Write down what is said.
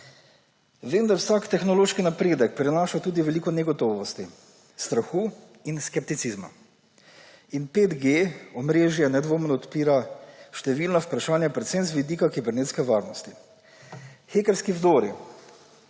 Vendar vsak tehnološki napredek prinaša tudi veliko negotovosti, strahu in skepticizma. In 5G omrežje nedvomno odpira številna vprašanja, predvsem z vidika kibernetske varnosti. Hekerski vdori